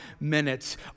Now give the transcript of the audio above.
minutes